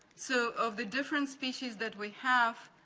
so, of the different species that we have,